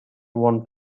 one